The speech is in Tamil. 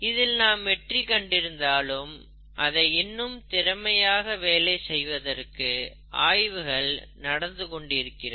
இதில் நாம் வெற்றி கண்டிருந்தாலும் அதை இன்னும் திறமையாக வேலை செய்வதற்கு ஆய்வுகள் நடந்து கொண்டிருக்கின்றது